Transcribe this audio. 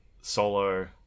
solo